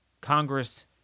Congress